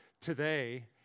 today